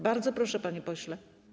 Bardzo proszę, panie pośle.